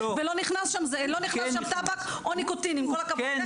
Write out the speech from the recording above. ולא נכנס שם טבק או ניקוטין עם כל הכבוד,